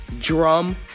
drum